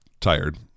tired